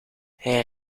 hij